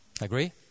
Agree